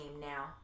now